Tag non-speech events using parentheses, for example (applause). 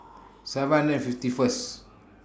(noise) seven hundred and fifty First